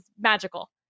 magical